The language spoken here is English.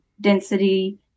density